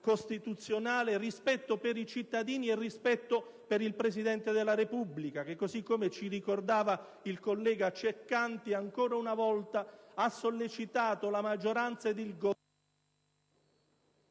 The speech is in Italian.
costituzionale rispetto per i cittadini e per il Presidente della Repubblica, che, così come ci ricordava il collega Ceccanti, ancora una volta ha sollecitato la maggioranza ed il Governo*...